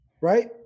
right